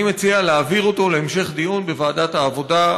אני מציע להעביר אותו להמשך דיון בוועדת העבודה,